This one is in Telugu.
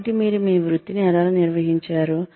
కాబట్టి మీరు మీ వృత్తిని నిర్వహించారు